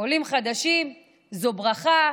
עולים חדשים הם ברכה,